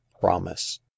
promise